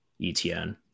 etn